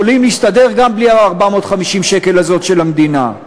יכולות להסתדר גם בלי 450 השקלים האלה של המדינה.